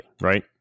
right